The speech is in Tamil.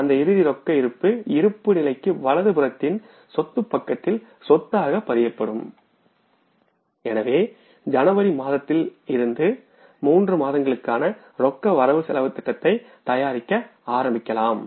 அந்த இறுதி ரொக்க இருப்பு இருப்புநிலைக்கு வலதுபுறத்தின் சொத்து பக்கத்தில் சொத்தாக பதியப்படும் எனவே ஜனவரி மாதத்திலிருந்து தொடங்கி மூன்று மாதங்களுக்கான ரொக்க திட்ட பட்டியயை தயாரிக்க ஆரம்பிக்கலாம்